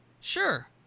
Sure